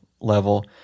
level